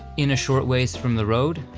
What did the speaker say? in a short ways from the road,